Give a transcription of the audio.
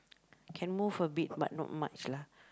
can move a bit but not much lah